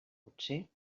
potser